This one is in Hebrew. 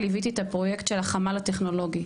ליוויתי את הפרויקט של החמ"ל הטכנולוגי,